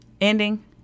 ending